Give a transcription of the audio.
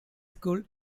school